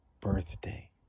birthday